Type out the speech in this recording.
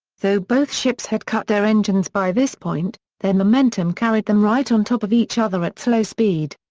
though both ships had cut their engines by this point, their momentum carried them right on top of each other at slow speed.